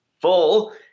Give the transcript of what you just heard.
full